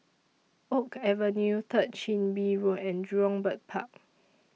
Oak Avenue Third Chin Bee Road and Jurong Bird Park